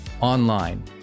online